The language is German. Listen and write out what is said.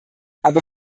aber